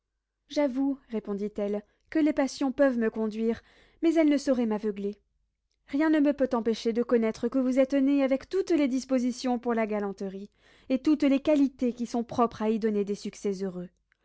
j'avoue répondit-elle que les passions peuvent me conduire mais elles ne sauraient m'aveugler rien ne me peut empêcher de connaître que vous êtes né avec toutes les dispositions pour la galanterie et toutes les qualités qui sont propres à y donner des succès heureux